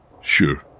Sure